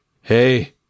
Hey